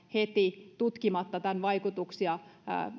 heti tämän vaikutuksia tutkimatta laajentaa